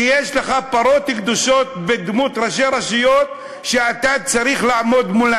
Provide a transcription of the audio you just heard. כשיש לך פרות קדושות בדמות ראשי רשויות שאתה צריך לעמוד מולם?